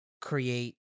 create